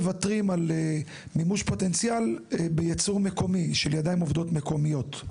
סמנכ"ל גורמי ייצור במשרד החקלאות ופיתוח הכפר.